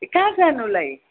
कहाँ जानुलाई